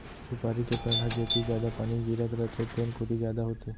सुपारी के पेड़ ह जेती जादा पानी गिरत रथे तेन कोती जादा होथे